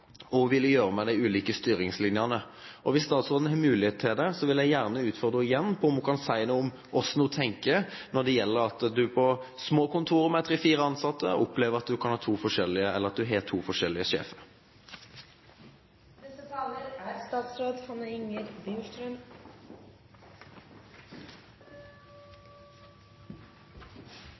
ville gjøre med de ulike styringslinjene. Hvis statsråden har mulighet til det, vil jeg gjerne utfordre henne igjen på om hun kan si noe om hvordan hun tenker når man på kontorer med tre–fire ansatte opplever at man har to forskjellige sjefer. Jeg må få lov til igjen å takke interpellanten for at han tar opp dette temaet, for jeg tror at vi er